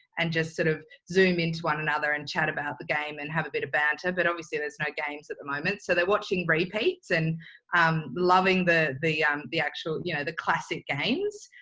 and just sort of zoom into one another and chat about the game and have a bit of banter. but obviously, there's no games at the moment. so they're watching repeats and um loving the the actual, you know, the classic games.